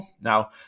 Now